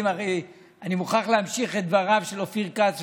אני מוכרח להמשיך את דבריו של אופיר כץ,